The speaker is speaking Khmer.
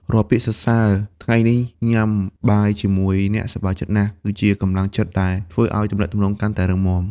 រាល់ពាក្យសរសើរ "ថ្ងៃនេះញ៉ាំបាយជាមួយអ្នកសប្បាយចិត្តណាស់" គឺជាកម្លាំងចិត្តដែលធ្វើឱ្យទំនាក់ទំនងកាន់តែរឹងមាំ។